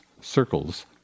circles